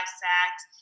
sacks